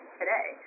today